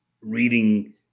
reading